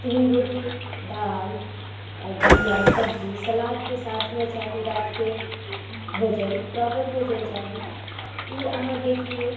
तीन रोटी दालि आओर भुजिया सब्जी सलादके साथमे चाही रातिके भोजन प्रोपर भोजन चाही ई आहाँ देख लियौ